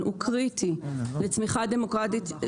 הוא קריטי לצמיחה דמוגרפית.